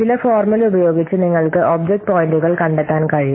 ചില ഫോർമുല ഉപയോഗിച്ച് നിങ്ങൾക്ക് ഒബ്ജക്റ്റ് പോയിന്റുകൾ കണ്ടെത്താൻ കഴിയും